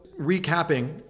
recapping